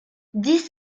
dix